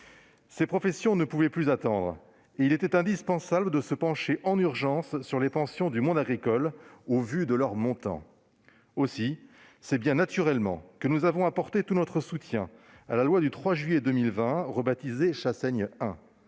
Ces professions ne pouvaient plus attendre. Et il était indispensable de se pencher en urgence sur les pensions du monde agricole, au vu de leur montant. Aussi, c'est bien naturellement que nous avons apporté tout notre soutien à la loi du 3 juillet 2020, rebaptisée Chassaigne 1.